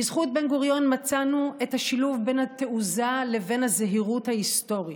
בזכות בן-גוריון מצאנו את השילוב בין התעוזה לבין הזהירות ההיסטורית,